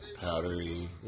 powdery